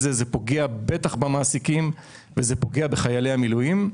כי זה פוגע במעסיקים ובחיילי המילואים.